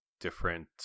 different